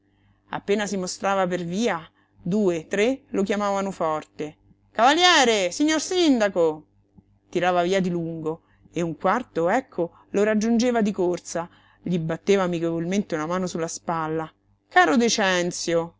appena si mostrava per via due tre lo chiamavano forte cavaliere signor sindaco tirava via di lungo e un quarto ecco lo raggiungeva di corsa gli batteva amichevolmente una mano su la spalla caro decenzio